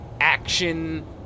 action